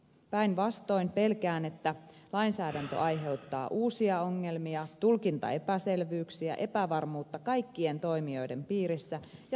päinvastoin pelkään että lainsäädäntö aiheuttaa uusia ongelmia tulkintaepäselvyyksiä epävarmuutta kaikkien toimijoiden piirissä ja suoranaista ajanhukkaa